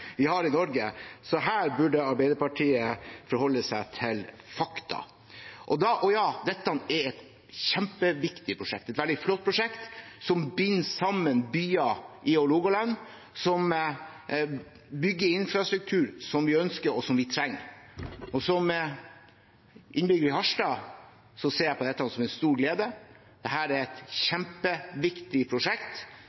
et veldig flott prosjekt, som binder sammen byer i Hålogaland, som bygger infrastruktur, som vi ønsker, og som vi trenger, og som innbygger i Harstad ser jeg på dette som en stor glede. Dette er et kjempeviktig prosjekt, og jeg er veldig glad for at regjeringen klarte å få det fram til Stortinget. Dette er